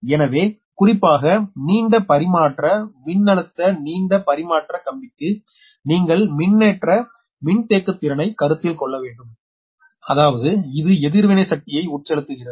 எனவே குறிப்பாக நீண்ட பரிமாற்ற உயர் மின்னழுத்த நீண்ட பரிமாற்றக் கம்பிக்கு நீங்கள் மின்னேற்ற மின்தேக்குத்திறனை கருத்தில் கொள்ள வேண்டும் அதாவது இது எதிர்வினை சக்தியை உட்செலுத்துகிறது